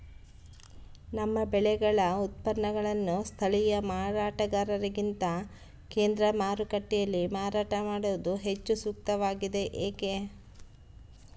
ನಮ್ಮ ಬೆಳೆಗಳ ಉತ್ಪನ್ನಗಳನ್ನು ಸ್ಥಳೇಯ ಮಾರಾಟಗಾರರಿಗಿಂತ ಕೇಂದ್ರ ಮಾರುಕಟ್ಟೆಯಲ್ಲಿ ಮಾರಾಟ ಮಾಡುವುದು ಹೆಚ್ಚು ಸೂಕ್ತವಾಗಿದೆ, ಏಕೆ?